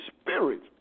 spirit